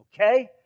Okay